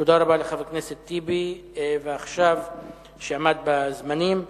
תודה רבה לחבר הכנסת טיבי, שעמד בזמנים.